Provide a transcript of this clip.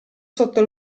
sotto